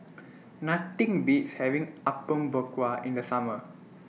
Nothing Beats having Apom Berkuah in The Summer